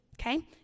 okay